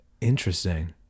Interesting